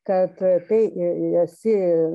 kad tai esi